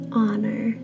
honor